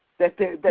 that they